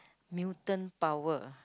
mutant power